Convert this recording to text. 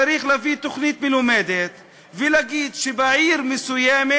צריך להביא תוכנית מלומדת ולהגיד שבעיר מסוימת